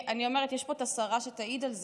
יש פה את השרה שתעיד על זה.